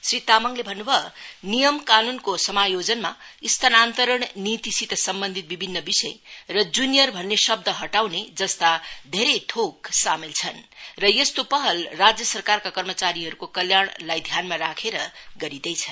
श्री तामाङले भन्नुभयो नियम कानुनको समायोजना स्थान्तरण नीतिसित सम्बन्धित विभिन्न विषय र जुनियर भन्ने शब्द हटाउने जस्ता धेरै थोक सामेल छन् र त्यस्तो पहल राज्य सरकारका कर्मचारीहरूको कल्याणलाई ध्यानमा राखेर गरिन्दैछ